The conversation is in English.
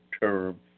term